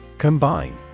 Combine